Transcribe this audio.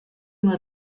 nur